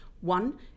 One